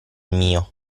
mio